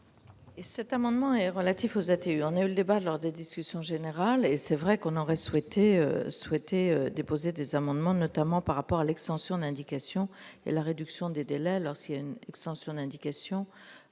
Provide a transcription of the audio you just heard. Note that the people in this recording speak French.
Cet amendement est relatif aux athées urnes le débat lors des discussions générales et c'est vrai qu'on aurait souhaité, souhaité déposer des amendements, notamment par rapport à l'extension d'indication et la réduction des délais lorsqu'il y a une extension d'indication